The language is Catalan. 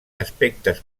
aspectes